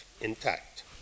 intact